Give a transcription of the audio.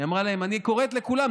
היא אמרה להם: אני קוראת לכולם,